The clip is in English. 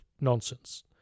nonsense